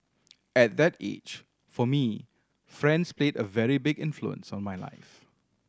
at that age for me friends played a very big influence on my life